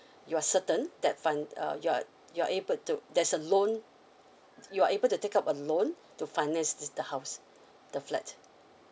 you're certain that fund uh you're you're able to there's a loan you're able to take up a loan to finance the the house the flat